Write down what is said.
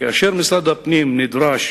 כאשר משרד הפנים נדרש